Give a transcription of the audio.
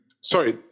sorry